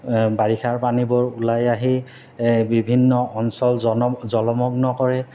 বাৰিষাৰ পানীবোৰ ওলাই আহি এই বিভিন্ন অঞ্চল জলমগ্ন কৰে